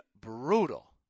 brutal